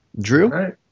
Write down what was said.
Drew